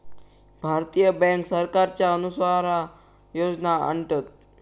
भारतीय बॅन्क सरकारच्या अनुसार योजना आणतत